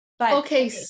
Okay